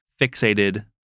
fixated